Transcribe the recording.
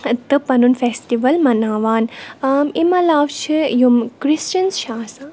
تہٕ پَنُن فیسٹِول مَناوان اَمہِ علاوٕ چھِ یِم کِرٛسچَنٕز چھِ آسان